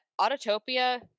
Autotopia